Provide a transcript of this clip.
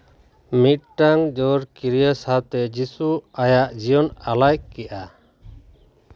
ᱢᱤᱫᱴᱟᱱ ᱡᱳᱨ ᱠᱤᱨᱭᱟᱹ ᱥᱟᱶᱛᱮ ᱡᱤᱥᱩ ᱟᱭᱟᱜ ᱡᱤᱭᱚᱱ ᱟᱞᱟᱭ ᱠᱮᱭᱟ